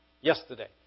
yesterday